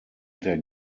der